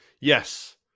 Yes